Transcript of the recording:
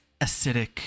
acidic